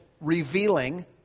revealing